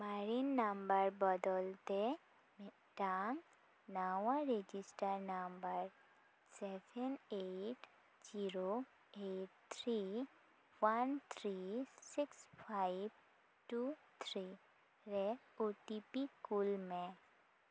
ᱢᱟᱨᱮᱱ ᱱᱟᱢᱵᱟᱨ ᱵᱚᱫᱚᱞ ᱛᱮ ᱢᱤᱫᱴᱟᱝ ᱱᱟᱣᱟ register number seven eight zero eight three one three six five two three ᱨᱮ ᱳ ᱴᱤ ᱯᱤ ᱠᱳᱞ ᱢᱮ